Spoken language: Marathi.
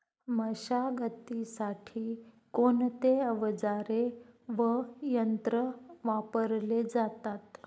मशागतीसाठी कोणते अवजारे व यंत्र वापरले जातात?